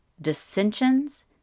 dissensions